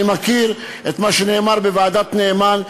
אני מכיר את מה שנאמר בוועדת נאמן,